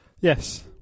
Yes